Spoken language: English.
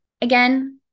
Again